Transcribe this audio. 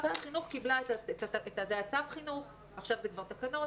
מערכת החינוך קיבלה את מה שהיה פעם תו חינוך ועכשיו אלה כבר תקנות.